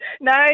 No